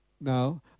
now